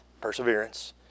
perseverance